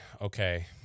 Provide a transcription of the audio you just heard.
okay